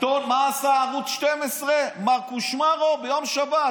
מה עשה ערוץ 12, מר קושמרו, ביום שבת?